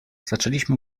zaczęliśmy